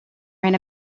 ran